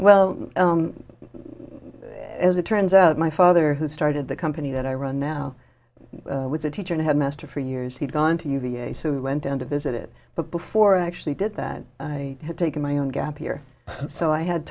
well as it turns out my father who started the company that i run now was a teacher and headmaster for years he'd gone to uva so we went down to visit but before i actually did that i had taken my own gap year so i had